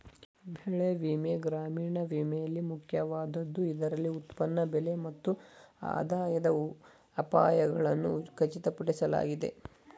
ಬೆಳೆ ವಿಮೆ ಗ್ರಾಮೀಣ ವಿಮೆಯಲ್ಲಿ ಮುಖ್ಯವಾದದ್ದು ಇದರಲ್ಲಿ ಉತ್ಪನ್ನ ಬೆಲೆ ಮತ್ತು ಆದಾಯದ ಅಪಾಯಗಳನ್ನು ಖಚಿತಪಡಿಸಲಾಗಿದೆ